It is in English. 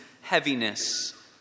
heaviness